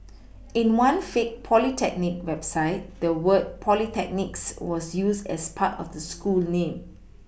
in one fake polytechnic website the word Polytechnics was used as part of the school name